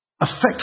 affect